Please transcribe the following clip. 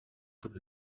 tout